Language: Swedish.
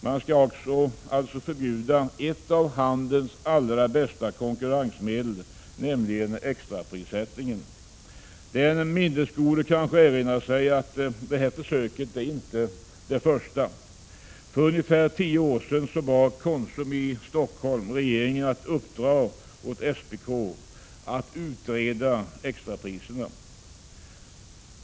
Man skall alltså förbjuda ett av handelns allra bästa konkurrensmedel, nämligen extraprissättningen. Den minnesgode kanske erinrar sig att det här försöket inte är det första. För ungefär tio år sedan bad Konsum i Stockholm regeringen att uppdra åt SPK att utreda extrapriserna.